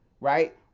right